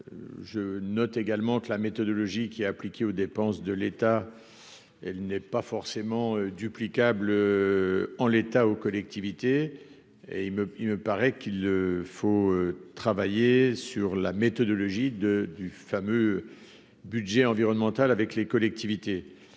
je note également que la méthodologie qui est appliqué aux dépenses de l'État, elle n'est pas forcément duplicable en l'état aux collectivités et il me il me paraît qu'il faut travailler sur la méthodologie de du fameux. Budget environnementale avec les collectivités,